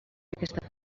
aquesta